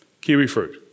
kiwifruit